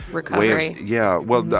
recovery yeah. well,